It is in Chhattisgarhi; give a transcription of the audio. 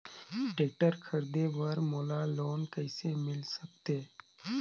टेक्टर खरीदे बर मोला लोन कइसे मिल सकथे?